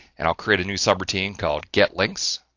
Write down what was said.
and i'll create a new subroutine called get links